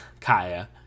Kaya